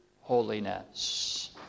holiness